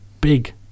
big